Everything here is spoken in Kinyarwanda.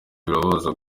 birababaza